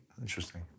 Interesting